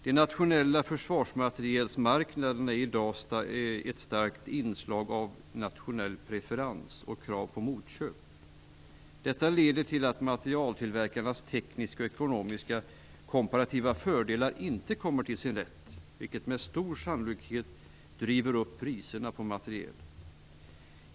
De nationella försvarsmaterielmarknaderna har i dag ett starkt inslag av nationell preferens och av krav på motköp. Detta leder till att materieltillverkarnas tekniska och ekonomiska komparativa fördelar inte kommer till sin rätt, vilket med stor sannolikhet driver upp priserna på materiel.